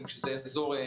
כדי שהם